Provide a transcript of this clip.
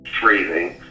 freezing